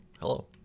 Hello